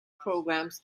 programs